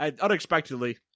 unexpectedly